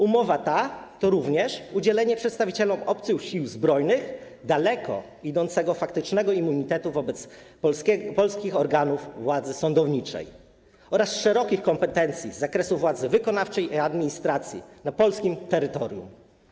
Umowa ta to również udzielenie przedstawicielom obcych sił zbrojnych daleko idącego faktycznego immunitetu wobec polskich organów władzy sądowniczej oraz szerokich kompetencji z zakresu władzy wykonawczej i administracji na polskim terytorium.